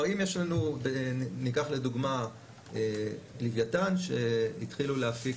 ניקח לדוגמה לווייתן שהתחילו להפיק